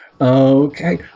Okay